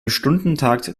stundentakt